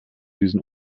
diesen